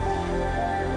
מסוכנים.